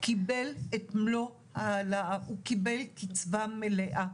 קיבל את מלוא ההעלאה, הוא קיבל קצבה מלאה.